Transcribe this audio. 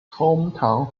hometown